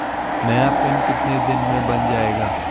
नया पिन कितने दिन में बन जायेगा?